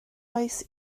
oes